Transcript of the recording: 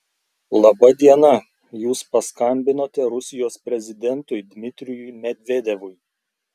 laba diena jūs paskambinote rusijos prezidentui dmitrijui medvedevui